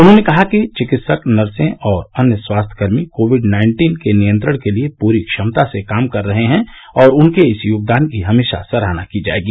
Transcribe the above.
उन्होंने कहा कि विकित्सक नर्से और अन्य स्वास्थ्यकर्मी कोविड नाइन्टीन के नियंत्रण के लिए पूरी क्षमता से काम कर रहे हैं और उनके इस योगदान की हमेशा सराहना की जायेगी